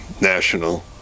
National